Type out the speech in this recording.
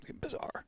bizarre